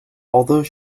although